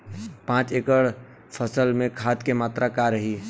पाँच एकड़ फसल में खाद के मात्रा का रही?